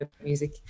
music